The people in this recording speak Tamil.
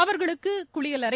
அவர்களுக்கு குளியலறை